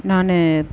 நான்